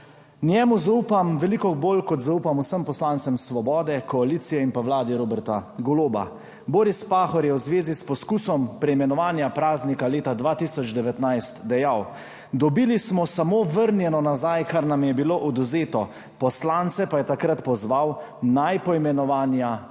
njemu zaupam veliko bolj, kot zaupam vsem poslancem Svobode, koalicije in vlade Roberta Goloba. Boris Pahor je v zvezi s poskusom preimenovanja praznika leta 2019 dejal: »Dobili smo samo vrnjeno nazaj, kar nam je bilo odvzeto.« Poslance pa je takrat pozval, naj poimenovanja ne